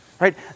right